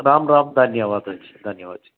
रां रां धन्यवादः जि धन्यवादः जि